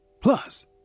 Plus